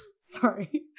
Sorry